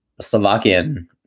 Slovakian